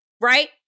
Right